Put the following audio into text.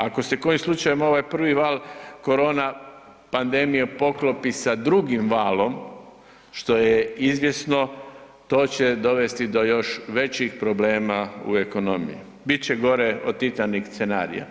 Ako se kojim slučajem ovaj prvi val korona pandemije poklopi sa drugim valom, što je izvjesno, to će dovesti do još većih problema u ekonomiji, bit će gore od Titanik scenarija.